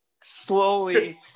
slowly